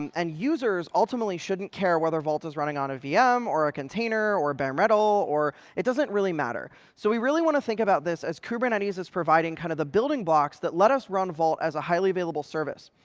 and users ultimately shouldn't care whether vault is running on a vm or a container or bare metal. it doesn't really matter. so we really want to think about this as kubernetes is providing kind of the building blocks that let us run vault as a highly-available service.